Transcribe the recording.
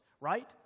right